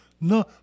No